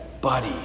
buddy